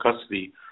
custody